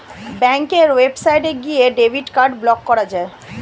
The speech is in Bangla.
ব্যাঙ্কের ওয়েবসাইটে গিয়ে ডেবিট কার্ড ব্লক করা যায়